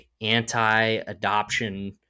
anti-adoption